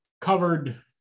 covered